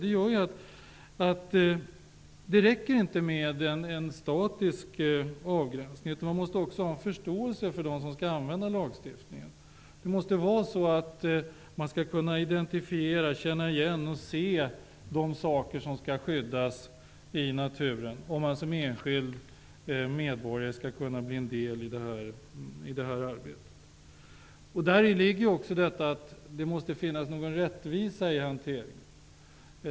Detta gör att det inte räcker med en statisk avgränsning, utan man måste ha förståelse för dem som skall tillämpa lagen. Man skall kunna identifiera, känna igen och se de saker som skall skyddas i naturen om man som enskild medborgare skall kunna bli delaktig i det här arbetet. Däri ligger också att det måste finnas en rättvisa i hanteringen.